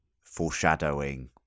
foreshadowing